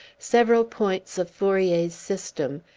several points of fourier's system,